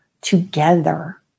together